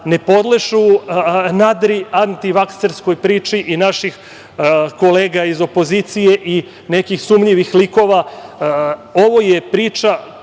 ne podležu nadriantivakserskoj priči i naših kolega iz opozicije i nekih sumnjivih likova. Ovo je priča